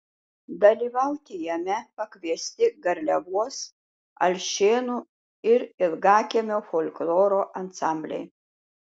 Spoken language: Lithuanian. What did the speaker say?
dalyvauti jame pakviesti garliavos alšėnų ir ilgakiemio folkloro ansambliai